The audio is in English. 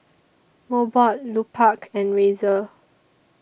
Mobot Lupark and Razer